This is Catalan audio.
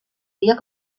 dia